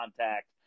contact